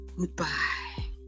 Goodbye